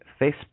Facebook